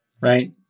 right